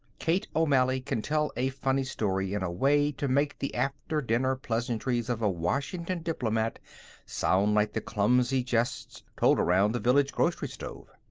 kate o'malley can tell a funny story in a way to make the after-dinner pleasantries of a washington diplomat sound like the clumsy jests told around the village grocery stove.